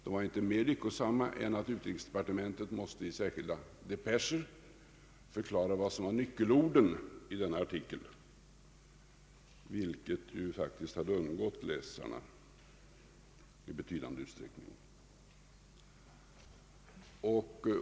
De var inte mer lyckosamma än att utrikesdepartementet måste i särskilda depescher förklara vad som var nyckelorden i denna artikel, vilket faktiskt hade undgått läsarna i betydande utsträckning.